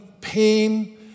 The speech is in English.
pain